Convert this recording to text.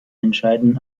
entscheidenden